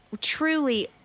truly